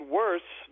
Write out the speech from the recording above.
worse